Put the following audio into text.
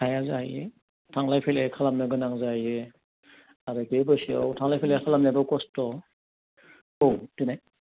हाया जाहैयो थांलाय फैलाय खालामनो गोनां जायो आरो बे बैसोआव थांलाय फैलाय खालामनायाबो खस्थ' औ देनाय